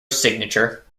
signature